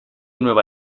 nueva